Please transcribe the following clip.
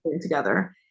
together